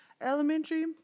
elementary